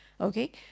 Okay